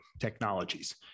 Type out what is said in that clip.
technologies